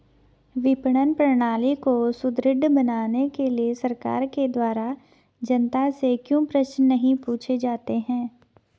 विपणन प्रणाली को सुदृढ़ बनाने के लिए सरकार के द्वारा जनता से क्यों प्रश्न नहीं पूछे जाते हैं?